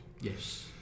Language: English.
Yes